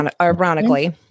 ironically